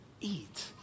eat